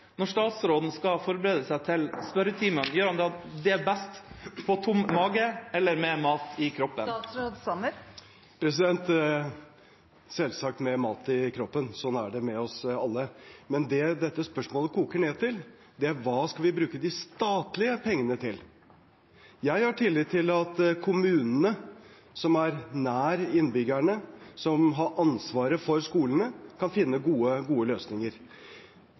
Når statsråden skal forberede seg til spørretimen, gjør han det best på tom mage eller med mat i kroppen? – Selvsagt med mat i kroppen, slik er det med oss alle. Men det dette spørsmålet koker ned til, er hva vi skal bruke de statlige pengene til. Jeg har tillit til at kommunene, som er nær innbyggerne, som har ansvaret for skolene, kan finne gode løsninger.